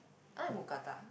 I like mookata